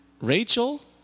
Rachel